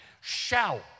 shout